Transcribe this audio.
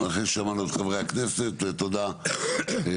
אחרי ששמענו את חברי הכנסת, תודה לשניכם.